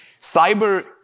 cyber